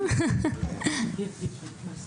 (היו"ר שירלי פינטו קדוש)